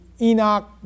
Enoch